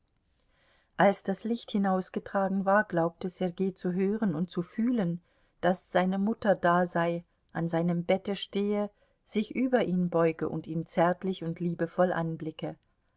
als das licht hinausgetragen war glaubte sergei zu hören und zu fühlen daß seine mutter da sei an seinem bette stehe sich über ihn beuge und ihn zärtlich und liebevoll anblicke